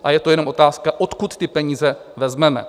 A je to jenom otázka, odkud peníze vezmeme.